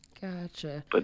Gotcha